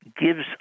Gives